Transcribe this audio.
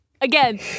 Again